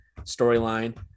storyline